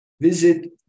Visit